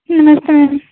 नमस्ते मैम